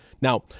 Now